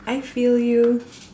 I feel you